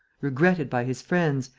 regretted by his friends,